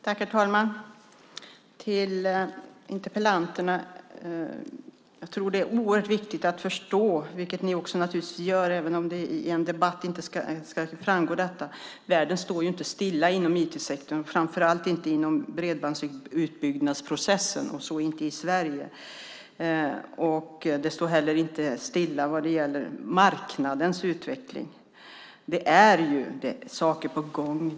Herr talman! Till er interpellanter vill jag säga att jag tror att det är oerhört viktigt att förstå - vilket ni naturligtvis gör, även om det inte framgår i debatten - att världen så att säga inte står stilla inom IT-sektorn, framför allt inte inom bredbandsutbyggnadsprocessen och inte i Sverige. Inte heller står det stilla när det gäller marknadens utveckling. Saker är på gång.